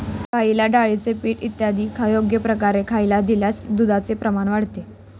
गाईंना डाळीचे पीठ इत्यादी योग्य प्रकारे खायला दिल्यास दुधाचे प्रमाण वाढते